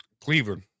Cleveland